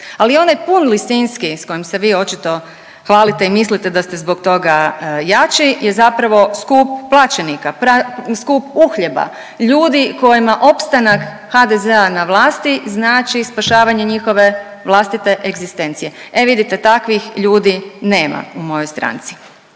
Ali onaj pun Lisinski s kojim se vi očito hvalite i mislite da ste zbog toga jači je zapravo skup plaćenika, skup uhljeba ljudi kojima opstanak HDZ-a na vlasti znači spašavanje njihove vlastite egzistencije. E vidite takvih ljudi nema u mojoj stranci.